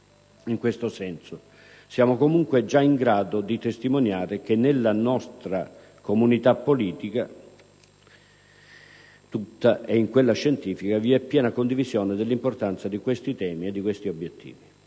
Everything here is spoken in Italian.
in questo senso. Siamo, comunque, già in grado di testimoniare che, nella nostra comunità politica tutta e in quella scientifica, vi è piena condivisione dell'importanza di questi temi e di questi obiettivi.